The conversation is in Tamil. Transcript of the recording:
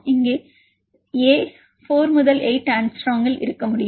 இங்கே நீங்கள் a 4 முதல் 8 ஆங்ஸ்ட்ரோமில் இருக்க முடியும்